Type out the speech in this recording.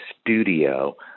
studio